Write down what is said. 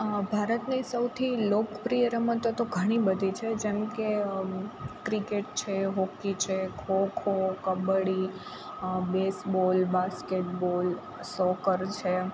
ભારતની સૌથી લોકપ્રિય રમતો તો ઘણી બધી છે જેમકે ક્રિકેટ છે હોકી છે kho-kho kabaddi baseball basketball soccer છે